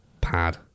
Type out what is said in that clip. pad